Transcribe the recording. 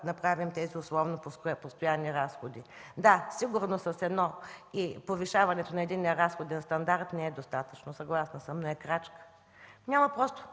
да правим тези условно постоянни разходи. Да, сигурно с повишаването на единния разходен стандарт не е достатъчно – съгласна съм, но е крачка. Ако можеше,